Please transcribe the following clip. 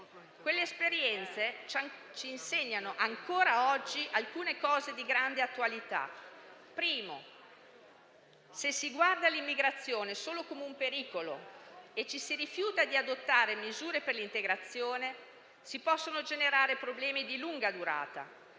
Quelle esperienze ci insegnano, ancora oggi, alcune cose di grande attualità: in primo luogo, se si guarda all'immigrazione solo come a un pericolo e ci si rifiuta di adottare misure per l'integrazione, si possono generare problemi di lunga durata